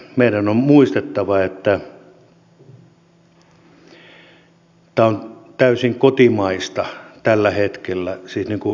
meidän on muistettava että tämä on täysin kotimaista tällä hetkellä siis viljapohjaltaan